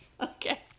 okay